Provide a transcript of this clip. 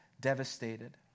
devastated